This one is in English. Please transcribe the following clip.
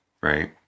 Right